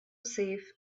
safe